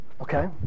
okay